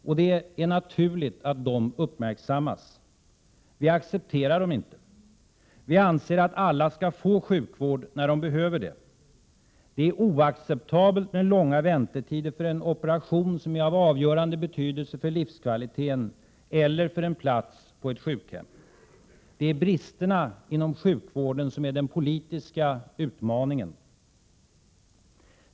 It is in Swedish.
Och det är naturligt att de uppmärksammas. Vi accepterar dem inte. Vi anser att alla skall få sjukvård när de behöver det. Det är oacceptabelt med långa väntetider för en operation av avgörande betydelse för livskvaliteten eller för en plats på ett sjukhem. Det är bristerna inom vården som är den politiska utmaningen.